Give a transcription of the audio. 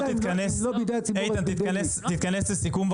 תתכנס לסיכום,